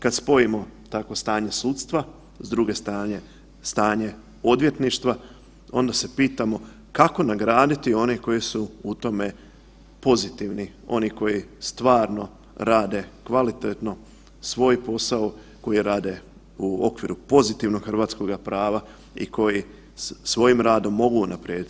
Kada spojimo takvo stanje sudstva, s druge strane odvjetništva onda se pitamo kako nagraditi koji su u tome pozitivni, oni koji stvarno rade kvalitetno svoj posao, koji rade u okviru pozitivnog hrvatskoga prava i koji svojim radom mogu unaprijediti.